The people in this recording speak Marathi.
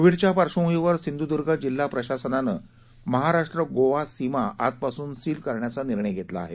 कोव्हीडच्या पार्श्वभूमीवर सिंधुद्ग जिल्हा प्रशासनानं महाराष्ट्र गोवा सीमा आजपासून सील करण्याचा निर्णय घेतला आहे